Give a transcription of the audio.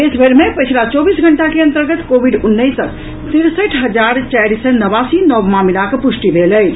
देशभरि मे पछिला चौबीस घंटा के अंतर्गत कोविड उन्नैसक तिरसठि हजार चारि सय नवासी नव मामिलाक प्रष्टि भेल अछि